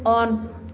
on